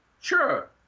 sure